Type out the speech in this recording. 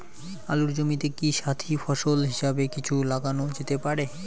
আলুর জমিতে কি সাথি ফসল হিসাবে কিছু লাগানো যেতে পারে?